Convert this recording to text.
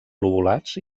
lobulats